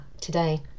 today